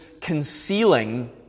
concealing